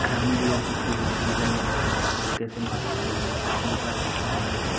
ग्रामीण लोगों के लिए जीवन में खेल कैसे महत्वपूर्ण है हम बता सकते हैं कि